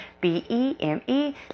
B-E-M-E